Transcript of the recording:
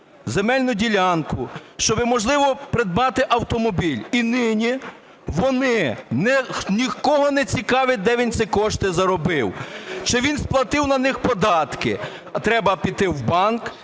земельну ділянку, щоб, можливо, придбати автомобіль. І нині вони… Нікого не цікавить, де він ці кошти заробив, чи він сплатив на них податки. Треба піти в банк,